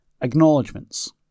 Acknowledgements